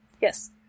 Yes